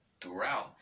throughout